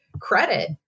credit